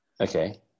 Okay